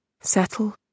Settle